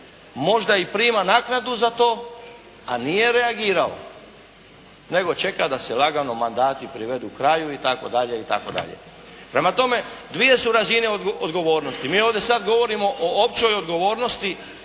možda i prima naknadu za to a nije reagirao nego čeka da se lagano mandati privedu kraju itd. itd. Prema tome dvije su razine odgovornosti. Mi ovdje sada govorimo o općoj odgovornosti